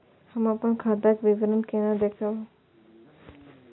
हम अपन खाता के विवरण केना देखब?